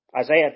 Isaiah